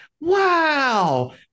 wow